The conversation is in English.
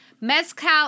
Mezcal